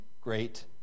great